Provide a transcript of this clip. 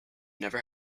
never